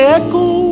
echo